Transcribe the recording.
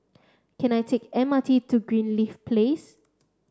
can I take M R T to Greenleaf Place